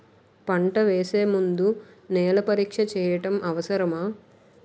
పంట వేసే ముందు నేల పరీక్ష చేయటం అవసరమా?